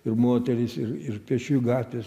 ir moterys ir ir pėsčiųjų gatvės